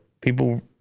people